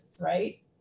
right